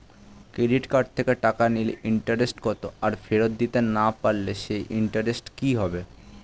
Credit card থেকে টাকা নিলে ইন্টারেস্ট কত আর ফেরত দিতে না পারলে সেই ইন্টারেস্ট কি হবে?